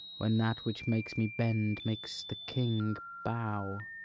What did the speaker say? when that which makes me bend makes the king bow